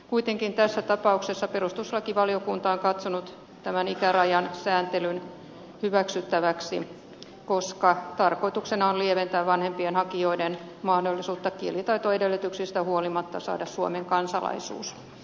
kuitenkin tässä tapauksessa perustuslakivaliokunta on katsonut tämän ikärajan sääntelyn hyväksyttäväksi koska tarkoituksena on lieventää vanhempien hakijoiden mahdollisuutta kielitaitoedellytyksistä huolimatta saada suomen kansalaisuus